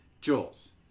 Jules